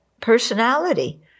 personality